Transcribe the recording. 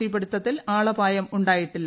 തീപിടുത്തത്തിൽ ആളപായം ഉണ്ടായിട്ടില്ല